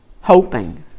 Hoping